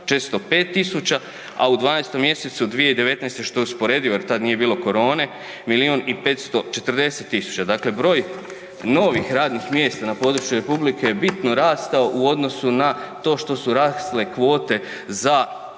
405 000 a u 12. 2019. što je usporedivo jer tad nije bilo korone, 1 540 000. Dakle broj novih radnih mjesta na području republike je bitno rastao u odnosu na to što su rasle kvote za